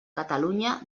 catalunya